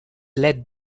led